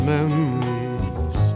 Memories